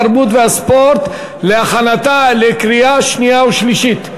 התרבות והספורט להכנתה לקריאה שנייה ושלישית.